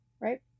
right